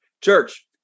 Church